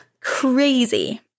Crazy